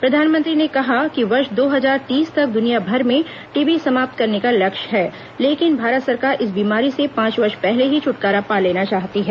प्रधानमंत्री ने कहा कि वर्ष दो हजार तीस तक दुनियाभर में टीबी समाप्त करने का लक्ष्य है लेकिन भारत सरकार इस बीमारी से पांच वर्ष पहले ही छुटकारा पा लेना चाहती है